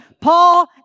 Paul